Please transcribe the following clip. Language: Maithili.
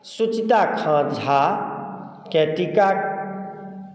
सुचिता खाँ झाकेँ टीका